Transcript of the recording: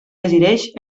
decideix